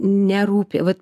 nerūpi vat